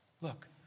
Look